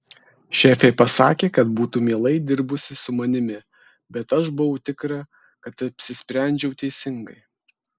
šefė pasakė kad būtų mielai dirbusi su manimi bet aš buvau tikra kad apsisprendžiau teisingai